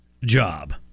job